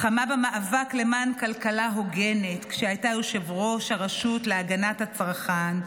לחמה במאבק למען כלכלה הוגנת כשהייתה יושבת-ראש הרשות להגנת הצרכן,